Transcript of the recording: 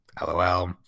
lol